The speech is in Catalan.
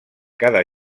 cada